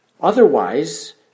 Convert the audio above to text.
Otherwise